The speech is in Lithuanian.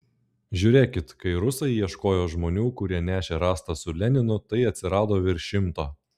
žiūrėkit kai rusai ieškojo žmonių kurie nešė rastą su leninu tai atsirado virš šimto